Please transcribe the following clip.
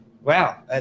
wow